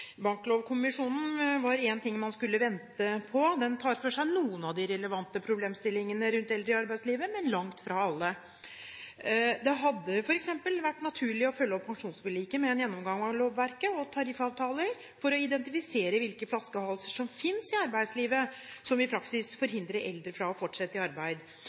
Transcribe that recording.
var en ting man skulle vente på. Den tar for seg noen av de relevante problemstillingene rundt eldre i arbeidslivet, men langt fra alle. Det hadde f.eks. vært naturlig å følge opp pensjonsforliket med en gjennomgang av lovverket og tariffavtaler for å identifisere hvilke flaskehalser som finnes i arbeidslivet, og som i praksis forhindrer eldre fra å fortsette i arbeid.